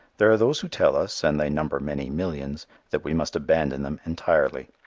there are those who tell us and they number many millions that we must abandon them entirely.